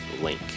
link